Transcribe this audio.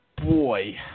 Boy